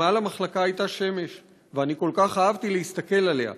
ומעל המחלקה הייתה שמש ואני כל כך אהבתי להסתכל עליה.